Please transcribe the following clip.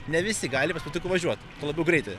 ne visi galimi paspirtuku važiuot labiau greitąją